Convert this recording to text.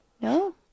no